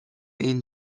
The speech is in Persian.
این